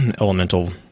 elemental